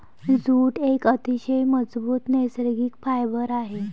jute एक अतिशय मजबूत नैसर्गिक फायबर आहे